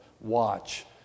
watch